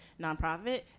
nonprofit